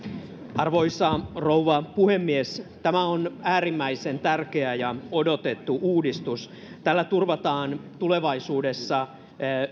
arvoisa rouva puhemies tämä on äärimmäisen tärkeä ja odotettu uudistus tällä turvataan tulevaisuudessa